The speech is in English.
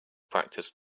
practice